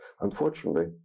Unfortunately